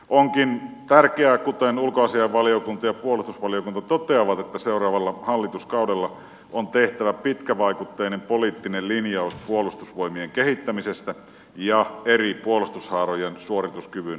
onkin tärkeää kuten ulkoasiainvaliokunta ja puolustusvaliokunta toteavat että seuraavalla hallituskaudella on tehtävä pitkävaikutteinen poliittinen linjaus puolustusvoimien kehittämisestä ja eri puolustushaarojen suorituskyvyn korvaamisesta